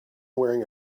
wearing